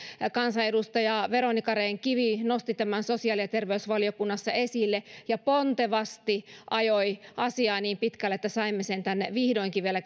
kansanedustaja veronica rehn kivi nosti tämän sosiaali ja terveysvaliokunnassa esille ja pontevasti ajoi asiaa niin pitkälle että saimme sen vihdoinkin tänne vielä